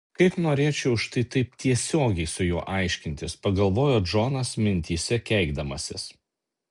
kaip norėčiau štai taip tiesiogiai su juo aiškintis pagalvojo džonas mintyse keikdamasis